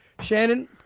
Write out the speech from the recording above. Shannon